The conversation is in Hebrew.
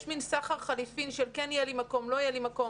יש מעיטן סחר חליפין של כן יהיה לי מקום או לא יהיה לי מקום.